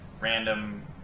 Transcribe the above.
random